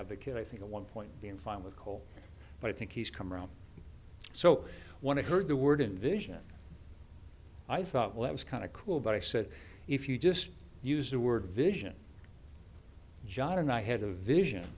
advocate i think at one point in fine with coal but i think he's come around so what i heard the word invision i thought well that was kind of cool but i said if you just use the word vision john and i had a vision